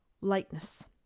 lightness